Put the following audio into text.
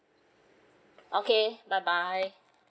okay bye bye